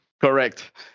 Correct